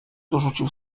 dorzucił